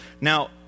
Now